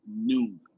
noon